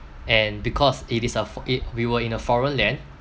and because it is a for it we were in a foreign land